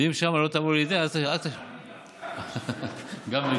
אם שם לא תבוא, גם וגם.